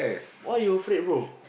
why you afraid bro